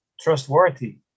trustworthy